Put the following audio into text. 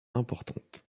importantes